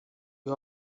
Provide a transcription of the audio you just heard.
you